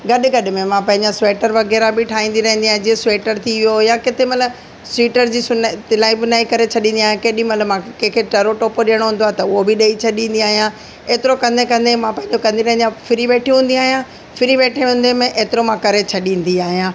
गॾ गॾ में मां पंंहिंजा सीटर वगै़रह बि ठाहींदी रहिंदी आहियां जीअं सीटर थी वियो या किथे मतिलब सीटर जी सुल सिलाई बुनाई करे छॾींदी आहियां ऐं केॾी महिल कंहिंखे टड़ो टोपो ॾियणो हूंदो आहे त हूअ बि ॾेई छॾींदी आहियां एतिरो कंदे कंदे मां पंहिंजो कंदी रहंदी आहिंयां फ़्री वेठी हूंदी आहियां फ़्री वेठे में एतिरो मां करे छॾींदी आहियां